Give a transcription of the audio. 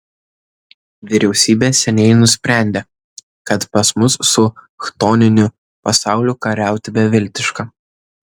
vyriausybė seniai nusprendė kad pas mus su chtoniniu pasauliu kariauti beviltiška